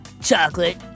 Chocolate